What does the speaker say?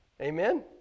Amen